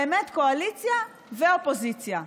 באמת קואליציה ואופוזיציה.